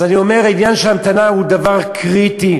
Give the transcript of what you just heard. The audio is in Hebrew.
אז אני אומר: עניין ההמתנה הוא דבר קריטי,